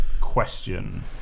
question